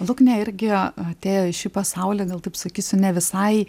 luknė irgi atėjo į šį pasaulį gal taip sakysiu ne visai